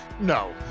No